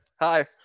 Hi